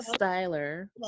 Styler